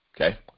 Okay